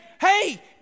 hey